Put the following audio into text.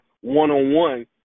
one-on-one